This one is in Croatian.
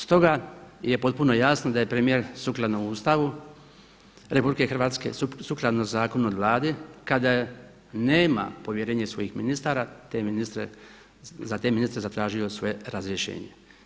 Stoga je potpuno jasno da je premijer sukladno Ustavu RH, sukladno Zakonu o Vladi kada nema povjerenje svojih ministara za te ministre zatražio svoje razrješenje.